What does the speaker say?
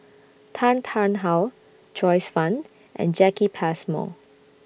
Tan Tarn How Joyce fan and Jacki Passmore